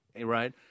right